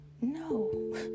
No